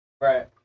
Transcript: Right